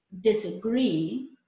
disagree